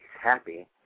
happy